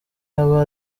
aba